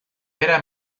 era